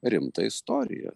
rimtą istoriją